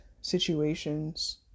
situations